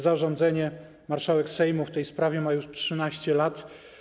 Zarządzenie marszałek Sejmu w tej sprawie ma już 13 lat.